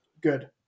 good